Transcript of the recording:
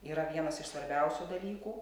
yra vienas iš svarbiausių dalykų